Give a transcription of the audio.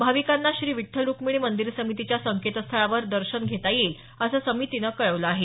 भाविकांना श्री विठ्ठल रुक्मिणी मंदिर समितीच्या संकेतस्थळावर दर्शन घेता येईल असं मंदीर समितीने कळवलं आहे